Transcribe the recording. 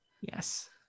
Yes